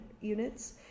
units